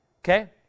Okay